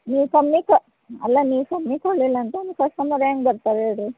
ನೀವು ಕಮ್ಮಿ ಕ ಅಲ್ಲ ನೀವು ಕಮ್ಮಿ ಕೊಡಲಿಲ್ಲ ಅಂತಂದ್ರ್ ಕಸ್ಟಮರ್ ಹೆಂಗ್ ಬರ್ತಾರೆ ಹೇಳ್ರಿ